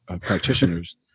practitioners